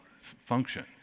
function